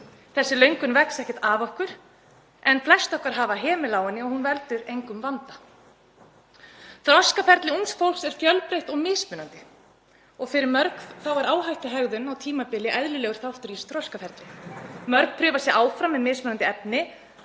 Þessi löngun vex ekkert af okkur en flest okkar hafa hemil á henni og hún veldur engum vanda. Þroskaferli ungs fólks er fjölbreytt og mismunandi og fyrir mörg er áhættuhegðun á tímabili eðlilegur þáttur í þroskaferli. Mörg prufa sig áfram með mismunandi efni